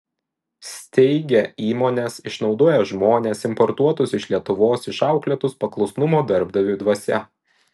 steigia įmones išnaudoja žmones importuotus iš lietuvos išauklėtus paklusnumo darbdaviui dvasia